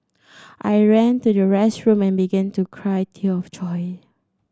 I ran to the restroom and began to cry tear of joy